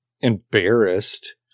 embarrassed